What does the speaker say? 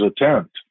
attempt